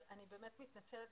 אני באמת מתנצלת,